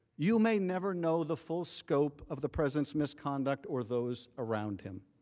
you may never know the full scope of the presence misconduct or those around him.